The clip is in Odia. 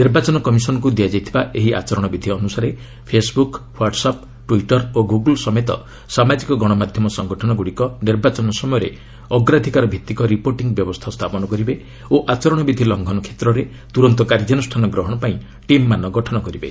ନିର୍ବାଚନ କମିଶନ୍କୁ ଦିଆଯାଇଥିବା ଏହି ଆଚରଣ ବିଧି ଅନୁସାରେ ଫେସ୍ବୁକ୍ ହ୍ୱାଟସ୍ ଆପ୍ ଟ୍ୱିଟର୍ ଓ ଗୁଗୁଲ୍ ସମେତ ସାମାଜିକ ଗଣମାଧ୍ୟମ ସଙ୍ଗଠନଗୁଡ଼ିକ ନିର୍ବାଚନ ସମୟରେ ଅଗ୍ରାଧକାରଭିଭିକ ରିପୋର୍ଟିଂ ବ୍ୟବସ୍ଥା ସ୍ଥାପନ କରିବେ ଓ ଆଚରଣ ବିଧି ଲଙ୍ଘନ କ୍ଷେତ୍ରରେ ତୁରନ୍ତ କାର୍ଯ୍ୟାନୁଷ୍ଠାନ ଗ୍ରହଣ ପାଇଁ ଟିମ୍ମାନ ଗଠନ କରିବେ